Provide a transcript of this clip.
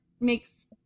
makes